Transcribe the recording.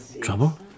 Trouble